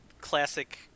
classic